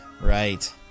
Right